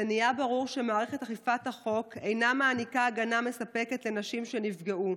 זה נהיה ברור שמערכת אכיפת החוק אינה מעניקה הגנה מספקת לנשים שנפגעו.